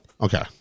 okay